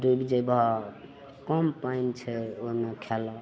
डुबि जेबऽ कम पानि छै ओइमे खेलऽ